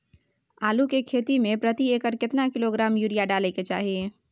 आलू के खेती में प्रति एकर केतना किलोग्राम यूरिया डालय के चाही?